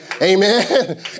Amen